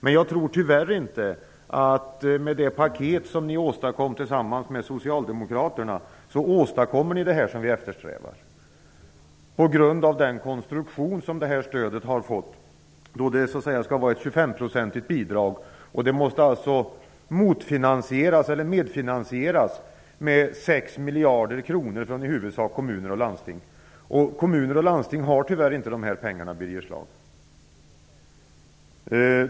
Men jag tror tyvärr inte att ni, med det paket som Miljöpartiet tillsammans med Socialdemokraterna enades om, åstadkommer det som vi eftersträvar, detta på grund av den konstruktion som detta stöd fått. Det skall ju vara ett 25-procentigt bidrag och måste således medfinansieras med 6 miljarder kronor från i huvudsak kommuner och landsting. Kommuner och landsting har tyvärr inte dessa pengar, Birger Schlaug.